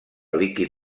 líquid